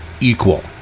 equal